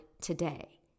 today